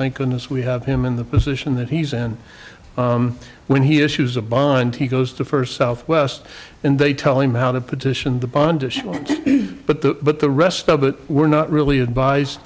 thank goodness we have him in the position that he's and when he issues a bond he goes to first southwest and they tell him how to petition the bond issue but that but the rest of it we're not really advise